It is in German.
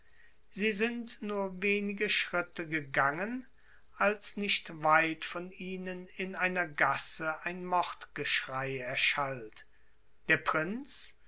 sie sind nur wenige schritte gegangen als nicht weit von ihnen in einer gasse ein mordgeschrei erschallt der prinz